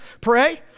pray